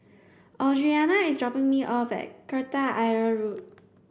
Audriana is dropping me off at Kreta Ayer Road